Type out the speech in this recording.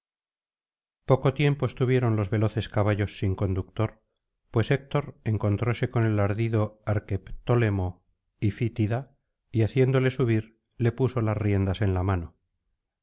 poco tiempo estuvieron los veloces caballos sin conductor pues héctor encontróse con el ardido arqueptólemo ifítida y haciéndole subir le puso las riendas en la mano